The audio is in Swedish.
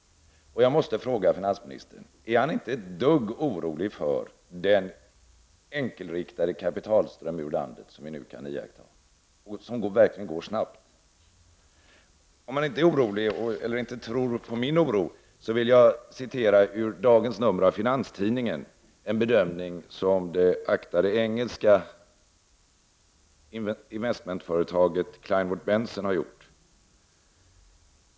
Jag måste fråga finansministern om han inte är ett dugg orolig för den enkelriktade kapitalström ut ur landet som vi nu kan iaktta och som verkligen går snabbt. Om finansministern inte är orolig eller tror på min oro, vill jag citera ur dagens nummer av Finanstidningen en bedömning som det aktade engelska investmentföretaget Kleinwort Benson har gjort.